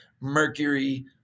mercury